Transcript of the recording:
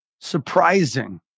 surprising